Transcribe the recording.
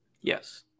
Yes